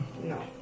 No